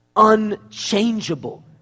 unchangeable